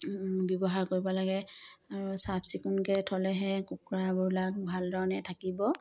ব্যৱহাৰ কৰিব লাগে আৰু চাফ চিকুণকে থ'লেহে কুকুৰাবোৰ লাগ ভালে ধৰণে থাকিব